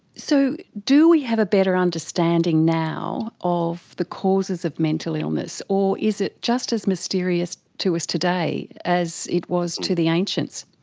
so do we have a better understanding now of the causes of mental illness, or is it just as mysterious to us today as it was to the ancients?